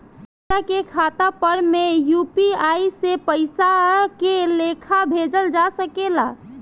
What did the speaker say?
दोसरा के खाता पर में यू.पी.आई से पइसा के लेखाँ भेजल जा सके ला?